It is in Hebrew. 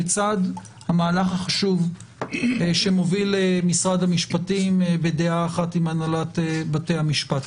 בצד המהלך החשוב שמוביל משרד המשפטים בדעה אחת עם הנהלת בתי המשפט.